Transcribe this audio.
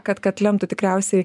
kad kad lemtų tikriausiai